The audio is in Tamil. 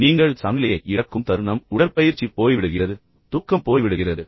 இப்போது நீங்கள் சமநிலையை இழக்கும் தருணம் உடற்பயிற்சி போய் விடுகிறது தூக்கம் போய் விடுகிறது